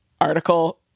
article